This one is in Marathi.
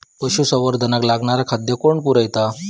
पशुसंवर्धनाक लागणारा खादय कोण पुरयता?